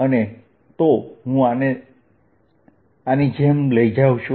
અને તો હું તેને આની જેમ લઈ જાઉં છું